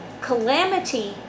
calamity